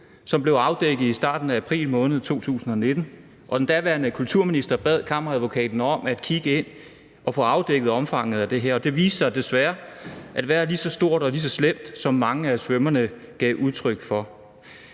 som blev afdækket i starten af april måned 2019, og den daværende kulturminister bad kammeradvokaten om at kigge på det og få afdækket omfanget af det her. Det viste sig desværre at være lige så stort og lige så slemt, som mange af svømmerne gav udtryk for.